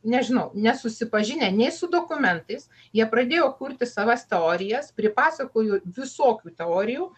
nežinau nesusipažinę nei su dokumentais jie pradėjo kurti savas teorijas pripasakojo visokių teorijų